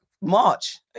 March